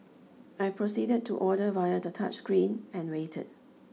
I proceeded to order via the touchscreen and waited